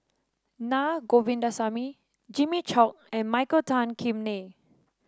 Na Govindasamy Jimmy Chok and Michael Tan Kim Nei